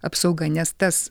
apsauga nes tas